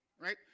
Right